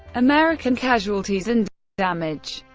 american casualties and damage